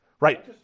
right